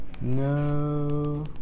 No